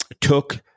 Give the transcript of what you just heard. took